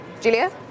Julia